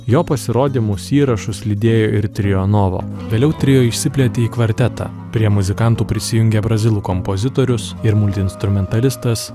jo pasirodymus įrašus lydėjo ir trio novo vėliau trio išsiplėtė į kvartetą prie muzikantų prisijungė brazilų kompozitorius ir multiinstrumentalistas